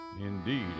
Indeed